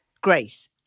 Grace